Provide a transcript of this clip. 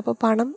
അപ്പോൾ പണം